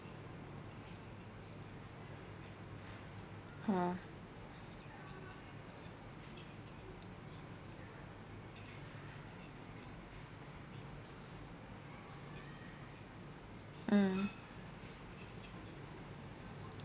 oh mm